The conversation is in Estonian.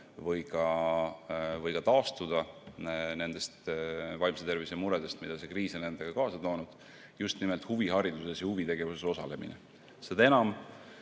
või taastuda nendest vaimse tervise muredest, mida see kriis on endaga kaasa toonud. Aitaks just nimelt huvihariduses ja huvitegevuses osalemine.